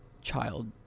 child-